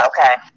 Okay